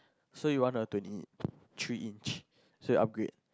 so you want a twenty three inch so you upgrade